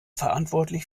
verantwortlich